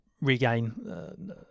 regain